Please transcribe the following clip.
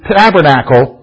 tabernacle